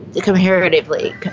comparatively